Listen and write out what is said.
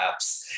apps